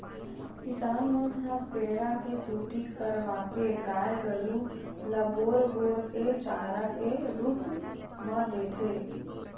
किसान मन ह पेरा के कुटी करवाके गाय गरु ल बोर बोर के चारा के रुप म देथे